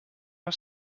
are